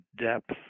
depth